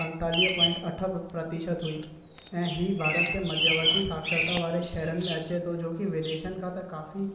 पंजेतालीह पोइंट अठ प्र प्रतिशत हुई ऐं ही भारत जे मध्यवर्गी साक्षरता वारे शहरनि में अचे थो जो की विदेशनि खां त काफ़ी